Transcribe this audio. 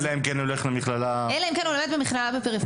אלא אם כן הוא הולך למכללה --- אלא אם הוא לומד במכללה בפריפריה